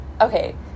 okay